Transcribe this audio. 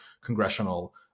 congressional